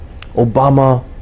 Obama